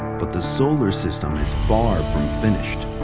but the solar system is far from finished.